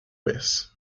vez